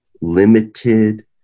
limited